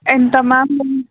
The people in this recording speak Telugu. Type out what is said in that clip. ఎంత మామ్